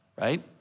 right